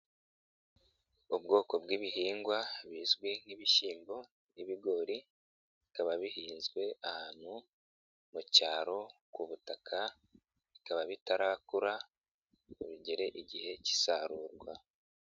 Ubwoko bw'ibihingwa bizwi nk'ibishyimbo n'ibigori, bikaba bihinzwe ahantu mu cyaro ku butaka, bikaba bitarakura ngo bigere igihe cy'isarurwa.